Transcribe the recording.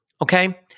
okay